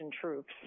troops